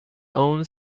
owned